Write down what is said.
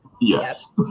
Yes